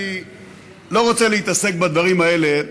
אני לא רוצה להתעסק בדברים האלה,